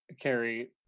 Carrie